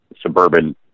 Suburban